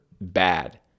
bad